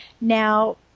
Now